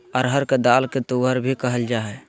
अरहर के दाल के तुअर भी कहल जाय हइ